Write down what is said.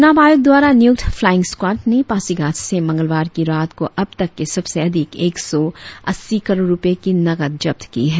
चुनाव आयोग द्वारा नियुक्त फ्लाईंग स्क्वाड ने पासीघाट से मंगलवार की रात को अबतक के सबसे अधिक एक सौ अस्सी करोड़ रुपए की नकद जब्त की है